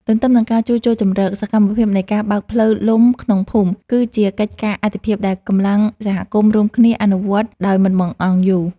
ទន្ទឹមនឹងការជួសជុលជម្រក សកម្មភាពនៃការបើកផ្លូវលំក្នុងភូមិ ក៏ជាកិច្ចការអាទិភាពដែលកម្លាំងសហគមន៍រួមគ្នាអនុវត្តដោយមិនបង្អង់យូរ។